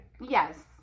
Yes